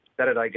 Saturday